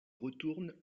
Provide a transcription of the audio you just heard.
retourne